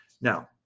Now